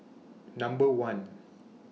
Number one